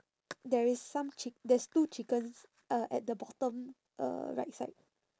there is some chick~ there is two chickens uh at the bottom uh right side